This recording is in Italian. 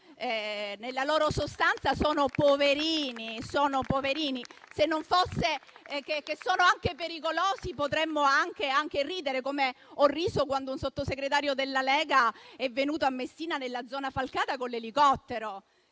nella loro sostanza sono poverini. Se non fosse che sono anche pericolosi, potremmo anche ridere, come ho riso quando un sottosegretario della Lega è venuto a Messina nella Zona Falcata con l'elicottero.